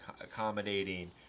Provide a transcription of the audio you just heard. accommodating